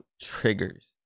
triggers